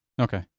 Okay